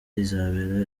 izabera